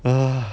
ugh